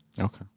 Okay